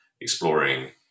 exploring